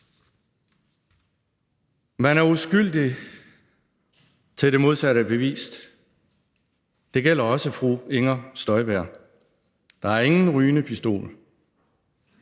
Man er uskyldig, til det modsatte er bevist, det gælder også fru Inger Støjberg, der er ingen rygende pistoler.